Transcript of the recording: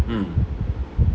mm